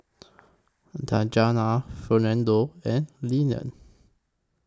Djuana Fernando and Lenon